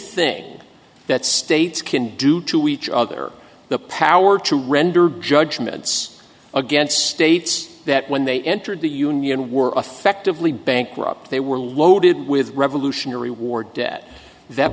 thing that states can do to each other the power to render judgments against states that when they entered the union were effectively bankrupt they were loaded with revolutionary war debt that